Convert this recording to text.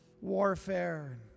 warfare